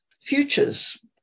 futures